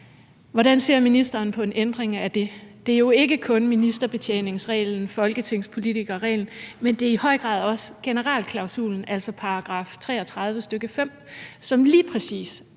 Hvordan ser ministeren på en ændring af den? Det er jo ikke kun ministerbetjeningsreglen, folketingspolitikerreglen, men det er i høj grad også generalklausulen, altså § 33, stk. 5, som lige præcis